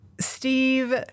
Steve